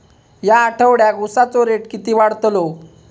या आठवड्याक उसाचो रेट किती वाढतलो?